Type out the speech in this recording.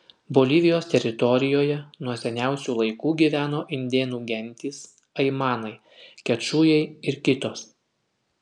bolivijos teritorijoje nuo seniausių laikų gyveno indėnų gentys aimanai kečujai ir kitos